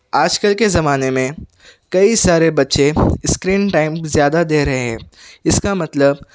آج کل کے زمانے میں کئی سارے بچے اسکرین ٹائم زیادہ دے رہے ہیں اس کا مطلب